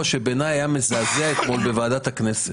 שבעיניי היה מזעזע אתמול בוועדת הכנסת.